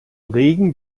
regen